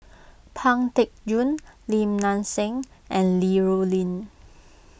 Pang Teck Joon Lim Nang Seng and Li Rulin